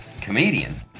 comedian